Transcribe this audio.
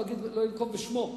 לא אנקוב בשמו,